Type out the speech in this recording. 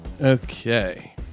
Okay